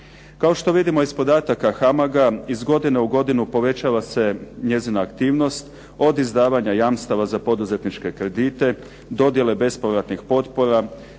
Kao što vidimo iz podataka HAMAG-a iz godine u godinu povećava se njezina aktivnost od izdavanja jamstava za poduzetničke kredite, dodjele bespovratnih potpora,